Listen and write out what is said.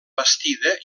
bastida